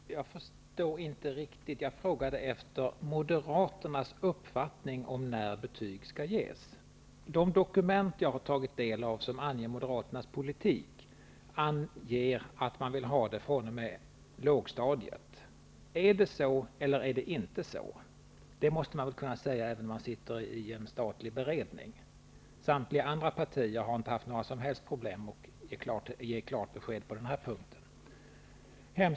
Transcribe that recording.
Herr talman! Jag förstår inte riktigt. Jag frågade efter Moderaternas uppfattning om när betyg skall ges. I de dokument jag har tagit del av, där Moderaternas politik anges, sägs att man vill ha betyg fr.o.m. lågstadiet. Är det så, eller är det inte så? Det måste man väl kunna säga, även om man sitter i en statlig beredning. Inget av de andra partierna har haft några som helst problem att ge klart besked på denna punkt.